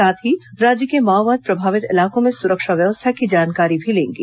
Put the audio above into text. साथ ही राज्य के माओवाद प्रभावित इलाकों में सुरक्षा व्यवस्था की जानकारी भी लेंगे